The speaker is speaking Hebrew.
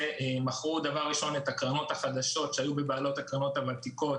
דבר ראשון מכרו את הקרנות החדשות שהיו בבעלות הקרנות הוותיקות